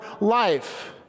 life